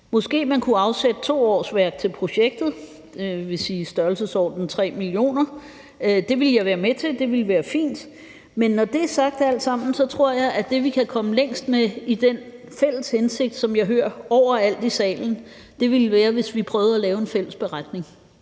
Måske kunne man afsætte to årsværk til projektet, dvs. et beløb i størrelsesordenen 3 mio. kr. Det ville jeg godt være med til; det ville være fint. Men når det alt sammen er sagt, tror jeg, at det, vi kan komme længst med i den fælles hensigt, som jeg hører der bliver givet udtryk for overalt i salen, vil være, at vi prøver at lave en fælles beretning